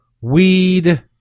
Weed